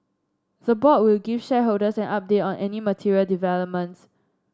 the board will give shareholders an update on any material developments